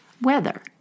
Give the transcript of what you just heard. weather